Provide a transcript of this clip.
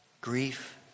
Grief